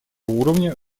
уровня